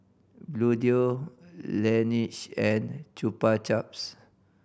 Bluedio Laneige and Chupa Chups